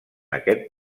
aquest